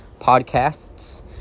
podcasts